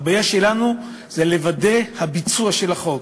הבעיה שלנו היא לוודא את הביצוע של החוק.